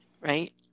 right